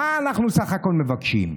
מה אנחנו בסך הכול מבקשים?